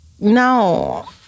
No